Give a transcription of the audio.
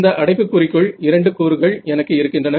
இந்த அடைப்புக்குறிக்குள் இரண்டு கூறுகள் எனக்கு இருக்கின்றன